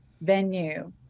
venue